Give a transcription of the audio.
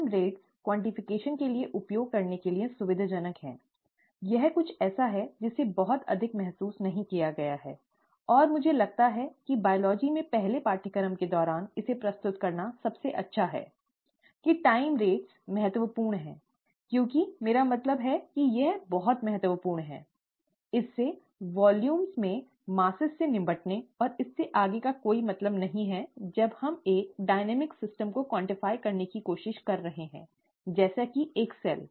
समय दर क्वांटिफिकेशन के लिए उपयोग करने के लिए सुविधाजनक है यह कुछ ऐसा है जिसे बहुत अधिक महसूस नहीं किया गया है और मुझे लगता है कि जीव विज्ञान में पहले पाठ्यक्रम के दौरान इसे प्रस्तुत करना सबसे अच्छा है की समय की दरें महत्वपूर्ण हैं क्योंकि मेरा मतलब है कि यह बहुत महत्वपूर्ण है यह है इससे वॉल्यूम में मेसज़ से निपटने और इससे आगे का कोई मतलब नहीं है जब हम एक गतिशील प्रणाली को क्वान्टफाइ करने की कोशिश कर रहे हैं जैसे कि एक सेल